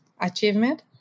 achievement